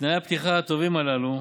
תנאי הפתיחה הטובים הללו